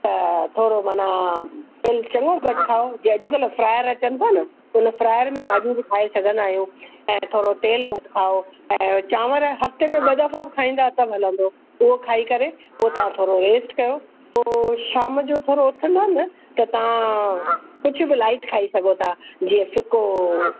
त थोरो माना तेलु चङो घटि खाओ जे अॼुकल्ह फ़्रायर अचनि था न हुन फ़्रायर में भाॼियूं बि ठाहे सघंदा आहियो ऐं थोरो तेलु घटि खाओ ऐं चांवर हफ़्ते में ॿ दफ़ा खाईंदा त हलंदो उहो खाई करे पोइ तव्हां थोरो रेस्ट कयो पोइ शाम जो थोरो उथंदा न त तव्हां कुझु बि लाइट खाई सघो था जीअं फिको